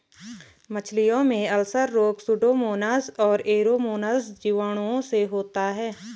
मछलियों में अल्सर रोग सुडोमोनाज और एरोमोनाज जीवाणुओं से होता है